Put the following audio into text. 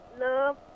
Love